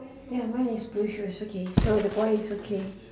ya mine is blue shoes okay so the boy is okay